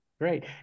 Great